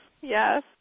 yes